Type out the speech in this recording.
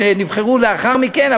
שנבחרו לאחר מכן,